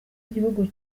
gihugu